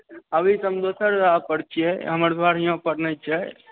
अभी तऽ हम दोसर जगह पर छियै हमर घर यहाँ पर नहि छै